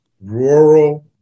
rural